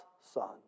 Son